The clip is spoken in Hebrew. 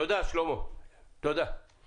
זה בא לפתור את הבעיה.